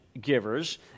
givers